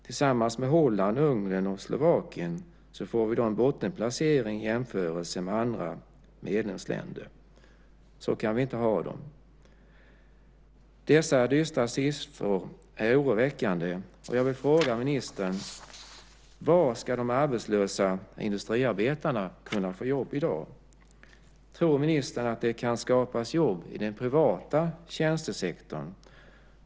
Tillsammans med Holland, Ungern och Slovakien får vi en bottenplacering i jämförelse med andra medlemsländer. Så kan vi inte ha det. Dessa dystra siffror är oroväckande. Jag vill fråga ministern: Var ska de arbetslösa industriarbetarna kunna få jobb i dag? Tror ministern att det kan skapas jobb i den privata tjänstesektorn?